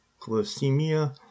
hypoglycemia